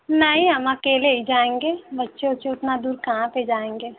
नहीं हम अकेले ही जाएंगे बच्चे वच्चे उतना दूर कहाँ से जाएंगे